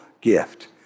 gift